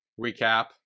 recap